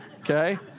okay